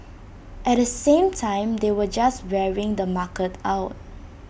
at the same time they were just wearing the market out